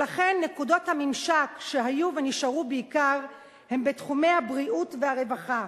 ולכן נקודות הממשק שהיו ונשארו הן בעיקר בתחומי הבריאות והרווחה.